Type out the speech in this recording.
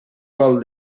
col